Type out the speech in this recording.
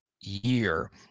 year